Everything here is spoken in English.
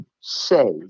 say